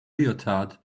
leotard